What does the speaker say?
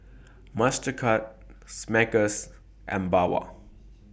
Mastercard Smuckers and Bawang